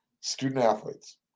student-athletes